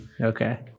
Okay